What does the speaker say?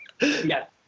Yes